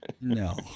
No